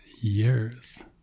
Years